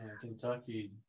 Kentucky